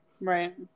right